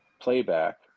playback